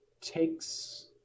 takes